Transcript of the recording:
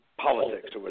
politics